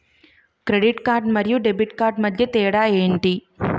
Credit card మరియు debit card మధ్య తేడా ఎంటి?